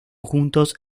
juntos